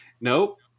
nope